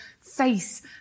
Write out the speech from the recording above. face